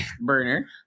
Burner